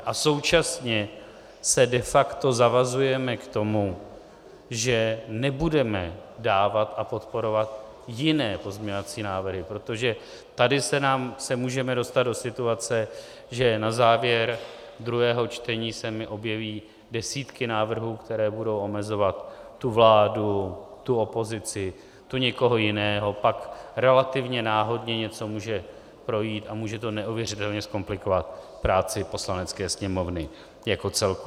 A současně se de facto zavazujeme k tomu, že nebudeme dávat a podporovat jiné pozměňovacími návrhy, protože tady se můžeme dostat do situace, že na závěr druhého čtení se mi objeví desítky návrhů, které budou omezovat tu vládu, tu opozici, tu někoho jiného, pak relativně náhodně něco může projít a může to neuvěřitelně zkomplikovat práci Poslanecké sněmovny jako celku.